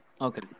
Okay